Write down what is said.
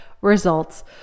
results